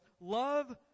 love